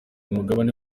umugabane